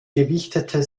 gewichtete